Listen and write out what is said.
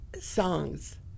songs